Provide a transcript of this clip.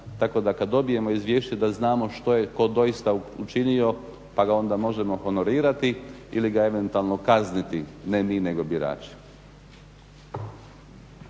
tako da kad dobijemo izvješće da znamo što je tko doista učinio pa ga onda možemo honorirati ili ga eventualno kazniti. Ne mi nego birači.